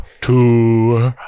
two